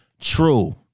true